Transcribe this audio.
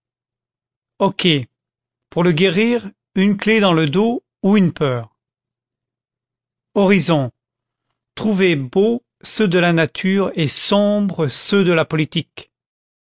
hoquet pour le guérir une clef dans le dos ou une peur horizons trouver beaux ceux de la nature et sombres ceux de la politique